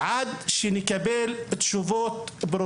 עד שנקבל תשובות.